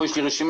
יש לי רשימה,